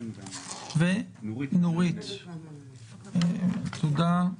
ונורית יכימוביץ-כהן ממרכז המחקר והמידע של הכנסת,